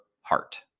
heart